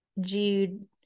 Jude